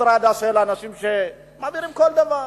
אוטוסטרדה של אנשים שמעבירים כל דבר.